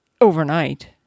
overnight